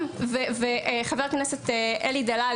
חבר הכנסת אלי דלל,